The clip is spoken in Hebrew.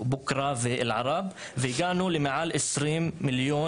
בוקרא ואל ערב והגענו למעל 20 מיליון